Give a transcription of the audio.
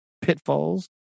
Pitfalls